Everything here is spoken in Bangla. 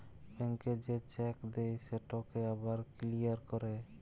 ব্যাংকে যে চ্যাক দেই সেটকে আবার কিলিয়ার ক্যরে